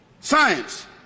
Science